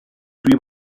dwi